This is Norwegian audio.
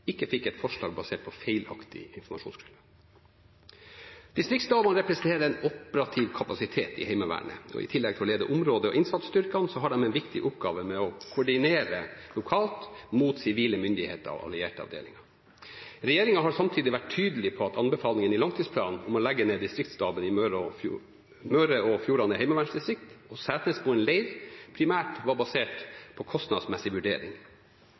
ikke fikk et forslag basert på feilaktig informasjonsgrunnlag. Distriktsstabene representerer en operativ kapasitet i Heimevernet. I tillegg til å lede område- og innsatsstyrkene har de en viktig oppgave med å koordinere lokalt mot sivile myndigheter og allierte avdelinger. Regjeringen har samtidig vært tydelig på at anbefalingene i langtidsplanen om å legge ned distriktsstaben i Møre og Fjordane heimevernsdistrikt og Setnesmoen leir primært var basert på